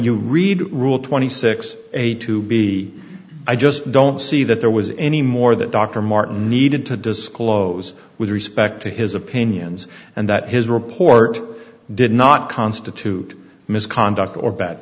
you read rule twenty six a to b i just don't see that there was any more that dr martin needed to disclose with respect to his opinions and that his report did not constitute misconduct or bad